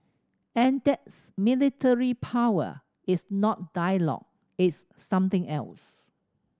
and that's military power it's not dialogue it's something else